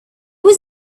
was